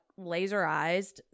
laserized